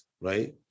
right